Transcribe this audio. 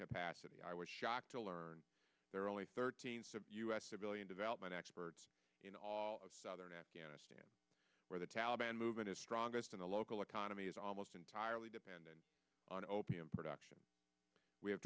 capacity i was shocked to learn there are only thirteen u s civilian development experts in all of southern afghanistan where the taliban movement is strongest in the local economy is almost entirely dependent on opium production we have